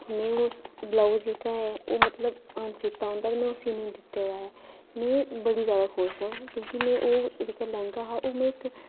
में उस ब्लौज जेह्का ऐ मतलब अनसीता औंदा ऐ ते में उसी नेई दित्ता दा ऐ में बड़ी ज्यादा खुश आं कि में ओह् जेह्का लैंह्गा हा